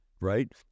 right